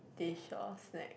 dish or snack